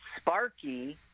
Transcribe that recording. Sparky